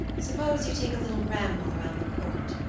suppose you take a little ramble round the court,